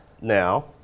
now